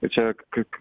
ir čia kaip